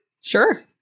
sure